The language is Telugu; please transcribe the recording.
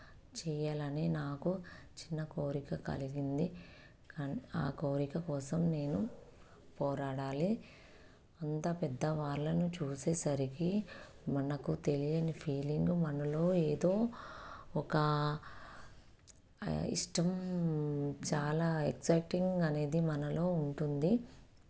చెయ్యాలని నాకు చిన్న కోరిక కలిగింది అండ్ ఆ కోరిక కోసం నేను పోరాడాలి అంతా పెద్దవాళ్ళను చూసేసరికి మనకు తెలియని ఫీలింగ్ మనలో ఏదో ఒక ఇష్టం చాలా ఎక్సైటింగ్ అనేది మనలో ఉంటుంది